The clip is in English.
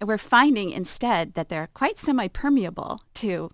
and we're finding instead that they're quite semi permeable to